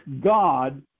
God